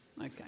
Okay